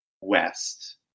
west